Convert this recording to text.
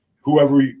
whoever